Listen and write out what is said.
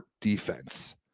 defense